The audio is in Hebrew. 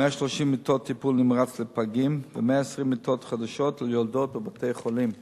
130 מיטות טיפול נמרץ לפגים ו-120 מיטות חדשות ליולדות בבתי-חולים.